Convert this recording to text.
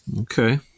Okay